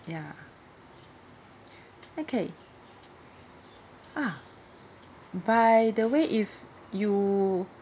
ya okay ah by the way if you